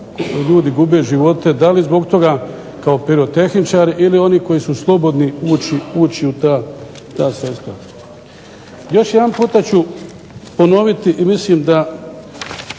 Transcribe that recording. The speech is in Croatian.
ljudi gube živote da li zbog toga kao pirotehničar ili oni koji su slobodni ući u ta sredstva. Još jedanput ću ponoviti i mislim da